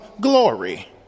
glory